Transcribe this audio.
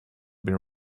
been